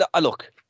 look